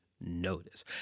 notice